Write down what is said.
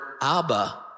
Abba